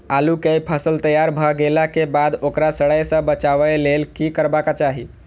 आलू केय फसल तैयार भ गेला के बाद ओकरा सड़य सं बचावय लेल की करबाक चाहि?